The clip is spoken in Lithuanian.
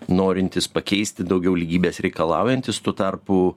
norintys pakeisti daugiau lygybės reikalaujantys tuo tarpu